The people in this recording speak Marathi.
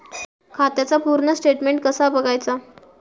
खात्याचा पूर्ण स्टेटमेट कसा बगायचा?